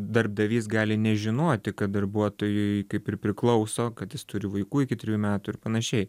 darbdavys gali nežinoti kad darbuotojui kaip ir priklauso kad jis turi vaikų iki trijų metų ir panašiai